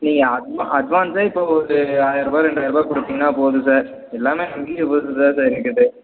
நீங்கள் அட் அட்வான்ஸாக இப்போ ஒரு ஆயர ருபா ரெண்டாயர ருபா கொடுத்தீங்கன்னா போதும் சார் எல்லாமே பொறுத்து தான் சார் இருக்குது